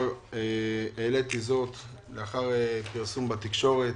העליתי את הנושא לאחר פרסום בתקשורת.